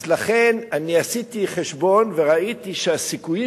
אז לכן אני עשיתי חשבון וראיתי שהסיכויים